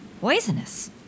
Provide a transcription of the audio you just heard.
Poisonous